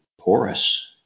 porous